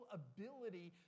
ability